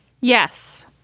Yes